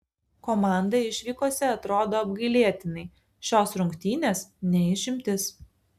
komanda išvykose atrodo apgailėtinai šios rungtynės ne išimtis